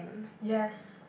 yes